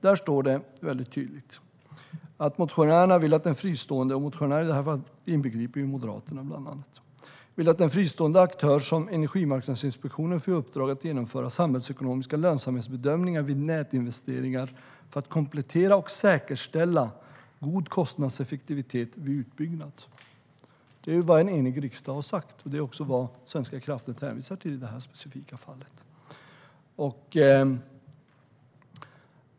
Det står tydligt att motionärerna, vilket inbegriper Moderaterna, vill "att en fristående aktör som Energimarknadsinspektionen får i uppdrag att genomföra samhällsekonomiska lönsamhetsbedömningar vid nätinvesteringar för att komplettera och säkerställa god kostnadseffektivitet vid utbyggnad". Detta är vad en enig riksdag har sagt, och det är också vad Svenska kraftnät hänvisar till i det här specifika fallet.